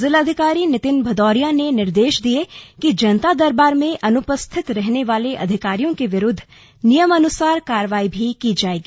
जिलाधिकारी नितिन भदौरिया ने निर्देश दिए कि जनता दरबार में अनुपस्थित रहने वाले अधिकारियों के विरुद्ध नियमानुसार कार्रवाई भी की जाएगी